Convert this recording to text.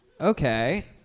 Okay